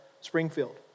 Springfield